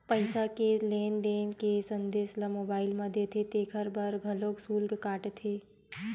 पईसा के लेन देन के संदेस ल मोबईल म देथे तेखर बर घलोक सुल्क काटथे